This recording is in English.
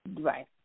Right